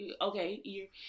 okay